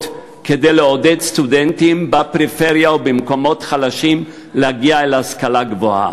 כדי לעודד סטודנטים בפריפריה ובמקומות חלשים להגיע להשכלה גבוהה.